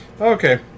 Okay